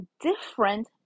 different